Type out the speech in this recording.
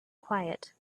quiet